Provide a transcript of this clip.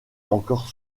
encore